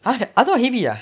!huh! not heavy ah